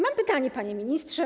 Mam pytanie, panie ministrze.